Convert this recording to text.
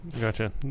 Gotcha